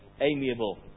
amiable